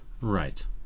right